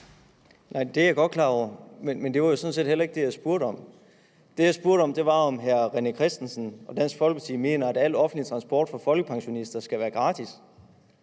Nej, det er jeg godt klar over, men det var sådan set heller ikke det, jeg spurgte om. Det, jeg spurgte om, var, om hr. René Christensen og Dansk Folkeparti mener, at al offentlig transport for folkepensionister skal være gratis.